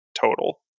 total